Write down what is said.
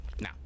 now